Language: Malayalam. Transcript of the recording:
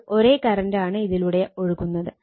അപ്പോൾ ഒരേ കറണ്ട് ആണ് ഇതിലൂടെ ഒഴുകുന്നത്